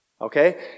Okay